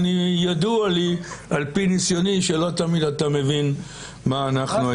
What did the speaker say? וידוע לי על פי ניסיוני שלא תמיד אתה מבין מה אנחנו,